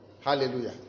Hallelujah